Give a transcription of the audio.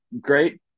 great